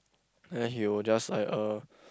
then he will just like uh